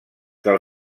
del